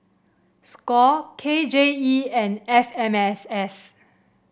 Score K J E and F M S S